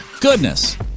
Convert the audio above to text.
Goodness